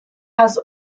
has